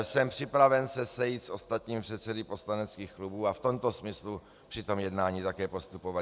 Jsem připraven se sejít s ostatními předsedy poslaneckých klubů a v tomto smyslu při tom jednání také postupovat.